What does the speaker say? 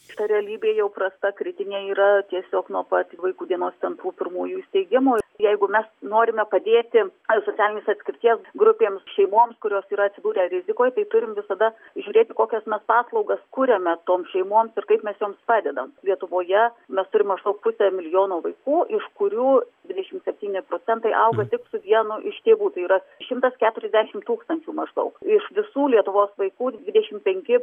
šita realybė jau prasta kritinė yra tiesiog nuo pat vaikų dienos centrų pirmųjų steigimo jeigu mes norime padėti ar socialinės atskirties grupėms šeimoms kurios yra atsidūrę rizikoj tai turime visada žiūrėti į kokias mes paslaugas kuriame tom šeimoms ir kaip mes joms padedam lietuvoje mes turime maždaug pusę milijono vaikų iš kurių dvidešimt septyni procentai auga tik su vienu iš tėvų tai yra šimtas keturiasdešimt tūkstančių maždaug iš visų lietuvos vaikų dvidešimt penki